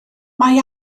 mae